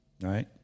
Right